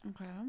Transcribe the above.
Okay